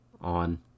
on